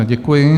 Děkuji.